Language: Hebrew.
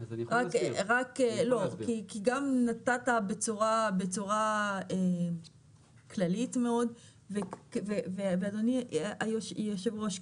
כי גם נתת בצורה כללית מאוד ואדוני היושב ראש,